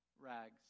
rags